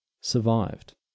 survived